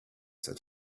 that